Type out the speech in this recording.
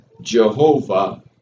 Jehovah